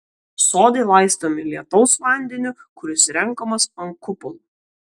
sodai laistomi lietaus vandeniu kuris renkamas ant kupolų